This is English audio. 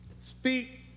speak